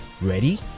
Ready